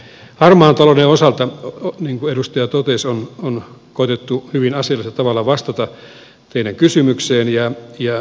harmaan talouden osalta niin kuin edustaja totesi on koetettu hyvin asiallisella tavalla vastata teidän kysymykseenne